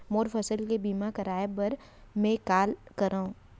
मोर फसल के बीमा करवाये बर में का करंव?